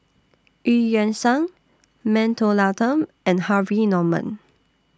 EU Yan Sang Mentholatum and Harvey Norman